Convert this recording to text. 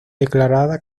declarada